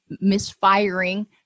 misfiring